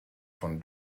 von